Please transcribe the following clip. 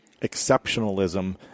exceptionalism